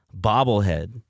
bobblehead